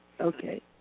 Okay